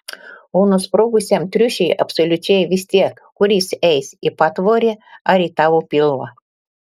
o nusprogusiam triušiui absoliučiai vis tiek kur jis eis į patvorį ar į tavo pilvą